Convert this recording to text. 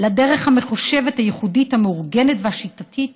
ולדרך המחושבת, הייחודית, המאורגנת והשיטתית